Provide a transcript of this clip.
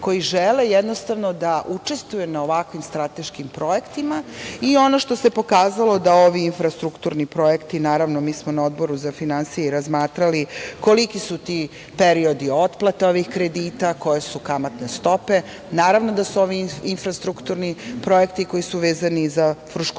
koji žele, jednostavno, da učestvuju na ovakvim strateškim projektima i ono što se pokazalo da ovi infrastrukturni projekti… Naravno, mi smo na Odboru za finansije i razmatrali koliki su ti periodi otplate ovih kredita, koje su kamatne stope. Naravno da su ovi infrastrukturni projekti koji su vezani za Fruškogorski